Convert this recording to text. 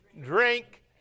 drink